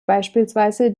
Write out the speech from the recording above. beispielsweise